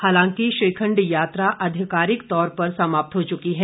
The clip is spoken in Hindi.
हालांकि श्रीखण्ड यात्रा आधिकारिक तौर पर समाप्त हो चुकी है